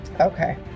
Okay